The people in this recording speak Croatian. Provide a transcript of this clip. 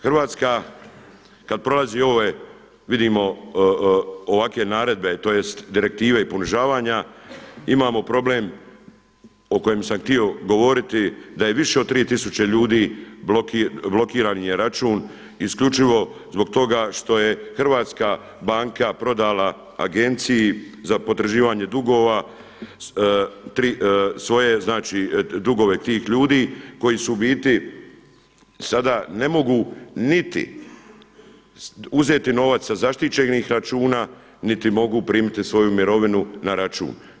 Hrvatska kad prolazi ove, vidimo ovakve naredbe, tj. direktive i ponižavanja imamo problem o kojem sam htio govoriti da je više od 3000 ljudi blokiran im je račun isključivo zbog toga što je hrvatska banka prodala Agenciji za potraživanje dugova svoje, znači dugove tih ljudi koji su u biti sada ne mogu niti uzeti novac sa zaštićenih računa, niti mogu primiti svoju mirovinu na račun.